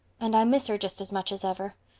and i miss her just as much as ever.